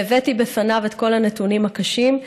והבאתי בפניו את כל הנתונים הקשים.